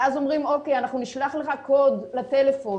ואז אומרים: אנחנו נשלח לך קוד לטלפון,